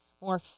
more